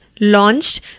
launched